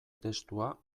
testua